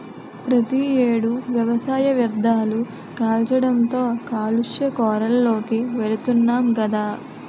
ప్రతి ఏడు వ్యవసాయ వ్యర్ధాలు కాల్చడంతో కాలుష్య కోరల్లోకి వెలుతున్నాం గదా